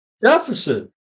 deficit